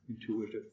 intuitive